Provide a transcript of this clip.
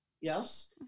yes